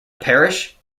parish